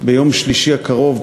ביום שלישי הקרוב,